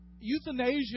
euthanasia